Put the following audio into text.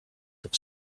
have